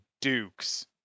Dukes